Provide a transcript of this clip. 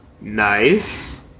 Nice